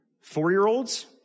Four-year-olds